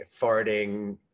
farting